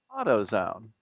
AutoZone